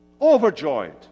overjoyed